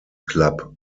club